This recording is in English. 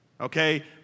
Okay